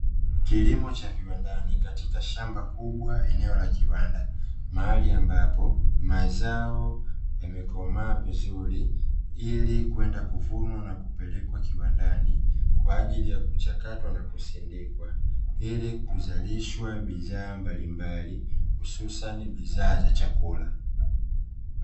Kilimo cha viwandani katika shamba kubwa eneo la viwanda mahali ambapo mazao yamekomaa vizuri ili kwenda kuvunwa na kupelekwa kiwandani kwa ajili ya kuchakatwa na kusindikwa, ili kuzalishwa bidhaa mbalimbali hususani bidhaa za chakula.